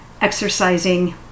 exercising